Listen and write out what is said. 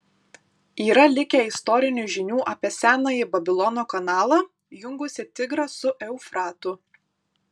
yra likę istorinių žinių apie senąjį babilono kanalą jungusį tigrą su eufratu